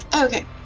okay